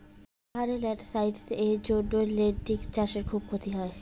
পাহাড়ে ল্যান্ডস্লাইডস্ এর জন্য লেনটিল্স চাষে খুব ক্ষতি হয়